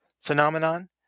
phenomenon